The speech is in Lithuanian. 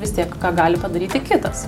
vis tiek ką gali padaryti kitas